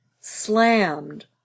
slammed